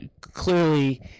clearly